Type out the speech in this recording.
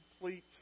complete